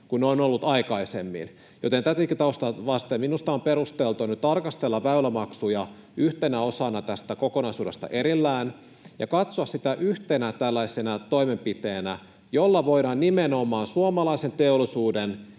niin tätäkin taustaa vasten minusta on perusteltua nyt tarkastella väylämaksuja yhtenä osana tästä kokonaisuudesta erillään ja katsoa sitä tällaisena yhtenä toimenpiteenä, jolla voidaan nimenomaan suomalaisen teollisuuden